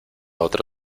otro